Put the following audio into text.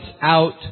out